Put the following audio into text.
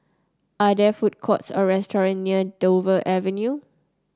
are there food courts or restaurants near Dover Avenue